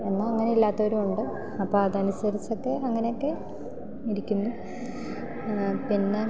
എന്നാൽ അങ്ങനെ ഇല്ലാത്തവരുമുണ്ട് അപ്പം അതനുസരിച്ചൊക്കെ അങ്ങനെയൊക്കെ ഇരിക്കുന്നു പിന്നെ